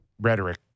rhetoric